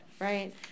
right